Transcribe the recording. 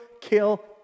kill